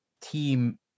Team